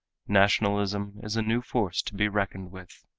nationalism is a new force to be reckoned with.